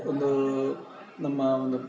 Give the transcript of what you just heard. ಒಂದು ನಮ್ಮ ಒಂದು